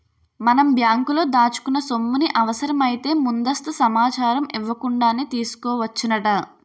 మనం బ్యాంకులో దాచుకున్న సొమ్ముని అవసరమైతే ముందస్తు సమాచారం ఇవ్వకుండానే తీసుకోవచ్చునట